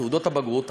תעודות הבגרות,